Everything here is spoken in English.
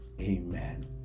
Amen